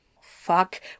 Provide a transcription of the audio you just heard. Fuck